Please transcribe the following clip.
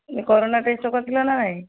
corona test କରିଥିଲ ନା ନାହିଁ